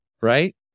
right